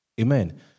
Amen